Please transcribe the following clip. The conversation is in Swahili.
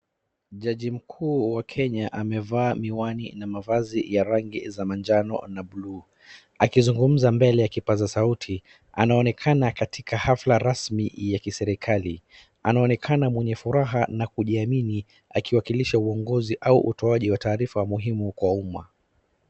Jaji mkuu wa Kenya amevaa miwani na mavazi ya rangi za majano na bluu. Akizungumza mbele ya kipaza sauti. Anaonekana katika hafla rasmi ya kiserikali. Anaonekana mwenye furaha na kujiamini akiwakilisha uongozi au utoaji wa tarifa muhimu kwa umma.